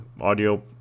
audio